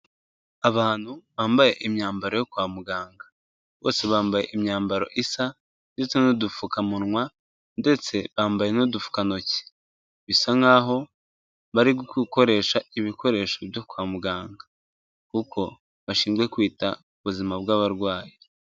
Abantu bambaye imyambaro yo kwa muganga, bose bambaye imyambaro isa ndetse n'udupfukamunwa ndetse bambaye n'udupfukantoki, bisa nkaho bari gukoresha ibikoresho byo kwa muganga kuko bashinzwe kwita ku buzima bw'abarwayi.